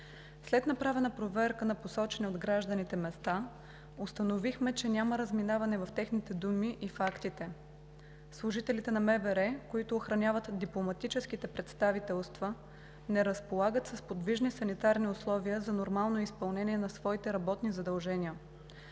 След направена проверка на посочени от гражданите места установихме, че няма разминаване в техните думи и фактите. Служителите на МВР, които охраняват дипломатическите представителства, не разполагат с подвижни санитарни условия за нормално изпълнение на своите работни задължения.